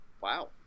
Wow